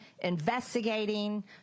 investigating